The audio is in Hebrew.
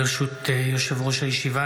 ברשות יושב-ראש הישיבה,